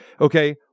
okay